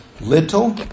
little